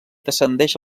descendeix